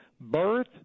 birth